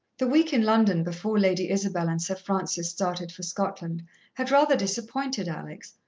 the week in london before lady isabel and sir francis started for scotland had rather disappointed alex,